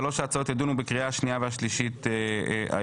שלוש ההצעות יידונו בקריאה השנייה והשלישית היום.